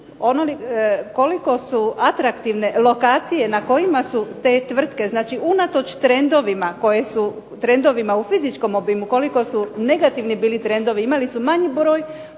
Koliko su atraktivne lokacije na kojima su te tvrtke, znači unatoč trendovima koji su u fizičkom obimu, koliko su negativni bili trendovi imali su manji broj